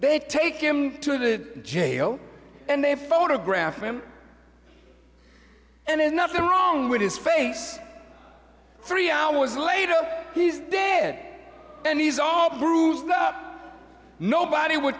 they take him to jail and they photograph him and there's nothing wrong with his face three hours later he's dead and he's all bruised up nobody would